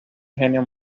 genio